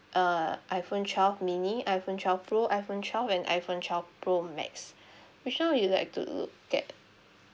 uh iphone twelve mini iphone twelve pro iphone twelve and iphone twelve pro max which one would you like to look at